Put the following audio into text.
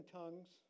tongues